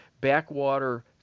backwater